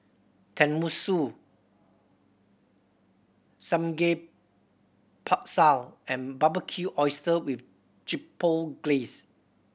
Tenmusu Samgeyopsal and Barbecued Oyster with Chipotle Glaze